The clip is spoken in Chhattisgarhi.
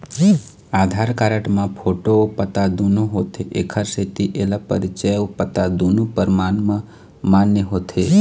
आधार कारड म फोटो अउ पता दुनो होथे एखर सेती एला परिचय अउ पता दुनो परमान म मान्य होथे